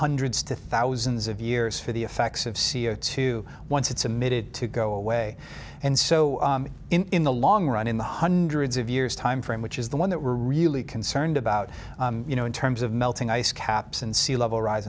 hundreds to thousands of years for the effects of c o two once it's a minute to go away and so in the long run in the hundreds of years time frame which is the one that we're really concerned about you know in terms of melting ice caps and sea level rise